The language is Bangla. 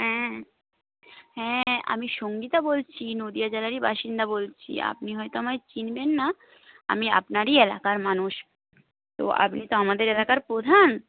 হ্যাঁ হ্যাঁ আমি সঙ্গীতা বলছি নদিয়া জেলারই বাসিন্দা বলছি আপনি হয়তো আমায় চিনবেন না আমি আপনারই এলাকার মানুষ তো আপনি তো আমাদের এলাকার প্রধান